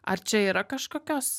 ar čia yra kažkokios